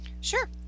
Sure